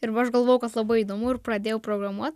ir aš galvojau kad labai įdomu ir pradėjau programuot